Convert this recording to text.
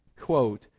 quote